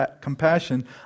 compassion